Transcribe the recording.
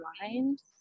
mind